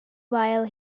while